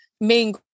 main